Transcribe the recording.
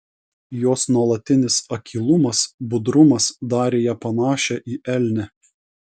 jos nuolatinis akylumas budrumas darė ją panašią į elnę